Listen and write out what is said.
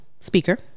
speaker